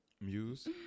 Muse